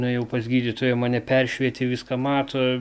nuėjau pas gydytoją mane peršvietė viską mato